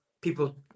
people